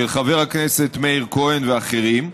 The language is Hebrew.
של חבר הכנסת מאיר כהן ואחרים,